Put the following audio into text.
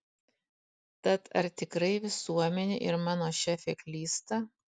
tad ar tikrai visuomenė ir mano šefė klysta